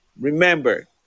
Remember